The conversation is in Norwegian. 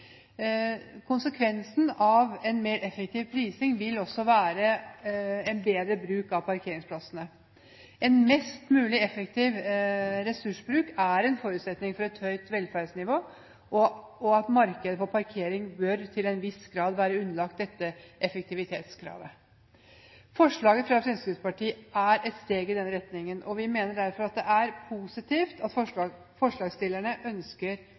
Konsekvensen av en mer effektiv prising vil være bedre bruk av parkeringsplassene. En mest mulig effektiv ressursbruk er en forutsetning for et høyt velferdsnivå, og markedet for parkering bør til en viss grad være underlagt dette effektivitetskravet. Forslaget fra Fremskrittspartiet er et steg i denne retningen, og vi mener derfor det er positivt at forslagsstillerne ønsker